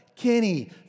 Kenny